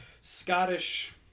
Scottish